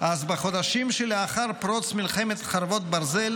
אז בחודשים שלאחר פרוץ מלחמת חרבות ברזל